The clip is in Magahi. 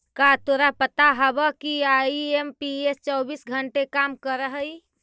का तोरा पता हवअ कि आई.एम.पी.एस चौबीस घंटे काम करअ हई?